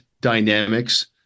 dynamics